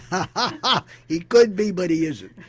and he could be but he isn't.